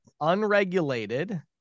unregulated